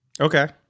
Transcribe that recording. Okay